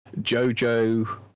JoJo